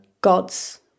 gods